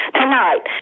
tonight